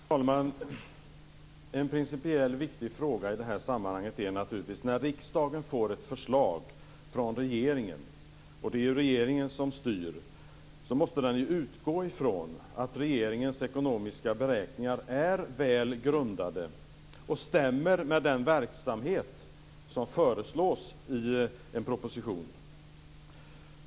Fru talman! Det finns en principiellt viktigt fråga i det här sammanhanget. När riksdagen får ett förslag från regeringen, och det är ju regeringen som styr, måste man ju utgå ifrån att regeringens ekonomiska beräkningar är väl grundade och stämmer med den verksamhet som föreslås i en proposition.